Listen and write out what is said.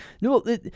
No